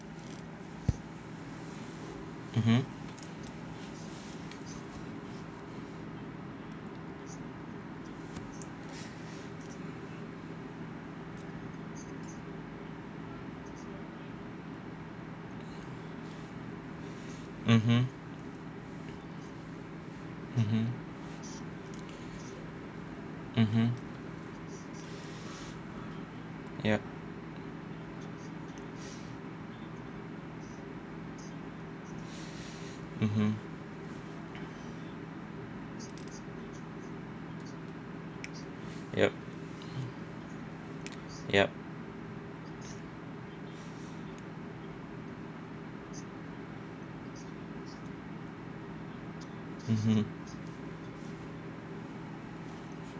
mmhmm mmhmm mmhmm mmhmm yup mmhmm yup yup mmhmm